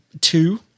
two